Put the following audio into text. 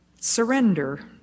Surrender